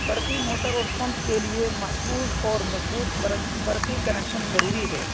برقی موٹر اور پمپ کے لیے محفوظ اور مضبوط برقی کنیکشن ضروری ہے